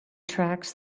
tracks